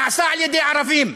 נעשה על-ידי ערבים.